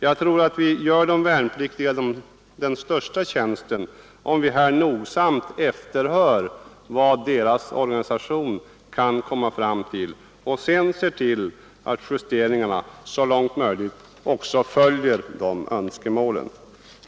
Jag tror att vi gör de värnpliktiga den största tjänsten om vi nogsamt efterhör vad deras organisationer kommer fram till och sedan ser till att justeringarna så långt möjligt följer deras önskemål.